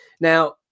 Now